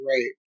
Right